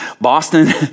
Boston